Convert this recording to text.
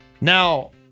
now